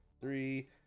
three